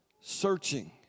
Searching